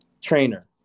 trainer